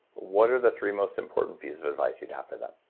what are the three most important piece of advice you'd have for them?